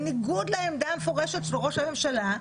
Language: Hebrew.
בניגוד לעמדה המפורשת של ראש הממשלה.